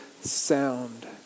sound